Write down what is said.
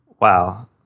Wow